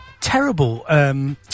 terrible